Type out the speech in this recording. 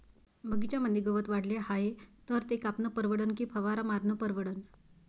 बगीच्यामंदी गवत वाढले हाये तर ते कापनं परवडन की फवारा मारनं परवडन?